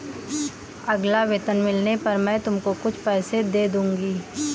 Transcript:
अगला वेतन मिलने पर मैं तुमको कुछ पैसे दे दूँगी